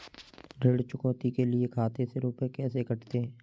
ऋण चुकौती के लिए खाते से रुपये कैसे कटते हैं?